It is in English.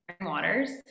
waters